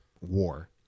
war